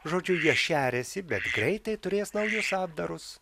žodžiu jie šeriasi bet greitai turės naujus apdarus